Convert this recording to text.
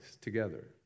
together